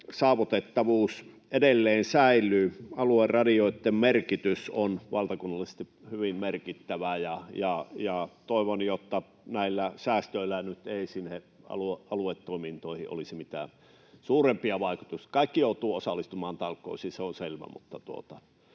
saavutettavuus edelleen säilyy. Alueradioitten merkitys on valtakunnallisesti hyvin merkittävä, ja toivon, että näillä säästöillä nyt ei sinne aluetoimintoihin olisi mitään suurempia vaikutuksia. Kaikki joutuvat osallistumaan talkoisiin, se on selvä,